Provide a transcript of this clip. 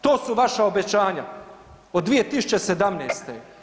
To su vaša obećanja od 2017.